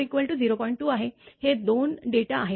2 आहे हे दोन डेटा आहेत